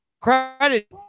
credit